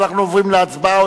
אנחנו עוברים להצבעה,